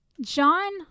John